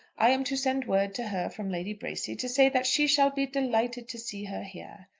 i am to send word to her from lady bracy to say that she shall be delighted to see her here.